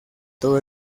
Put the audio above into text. todo